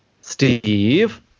Steve